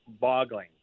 boggling